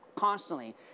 constantly